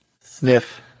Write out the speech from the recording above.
Sniff